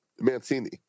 Mancini